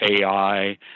AI